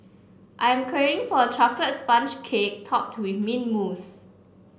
I am craving for a chocolate sponge cake topped with mint mousse